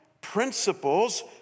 principles